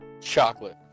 chocolate